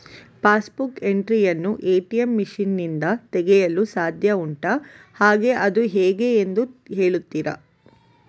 Pass book entry ಯನ್ನು ATM machine ನಿಂದ ತೆಗೆಯಲು ಸಾಧ್ಯ ಉಂಟಾ ಹಾಗೆ ಅದು ಹೇಗೆ ಎಂದು ಹೇಳುತ್ತೀರಾ?